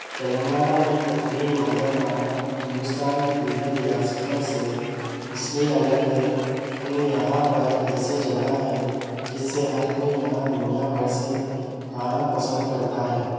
تلنگانہ میں تفریحی منظرنامہ ہندوستان کی دیگر ریاستوں سے اس لئے الگ ہے کہ یہاں پر ایسی جگہ ہے جس سے ہر کوئی یہاں دنیا بھر سے آنا پسند کرتا ہے